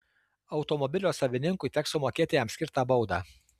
automobilio savininkui teks sumokėti jam skirtą baudą